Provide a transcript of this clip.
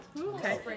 Okay